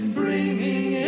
bringing